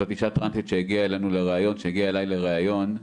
זאת אישה טרנסית שהגיעה אליי לריאיון,